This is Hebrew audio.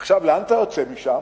עכשיו, לאן אתה יוצא משם?